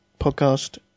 Podcast